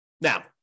Now